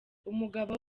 umugabo